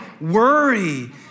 worry